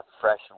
fresh